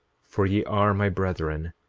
for ye are my brethren,